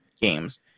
games